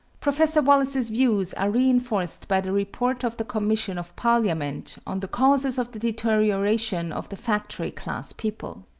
professor wallace's views are reinforced by the report of the commission of parliament on the causes of the deterioration of the factory-class people.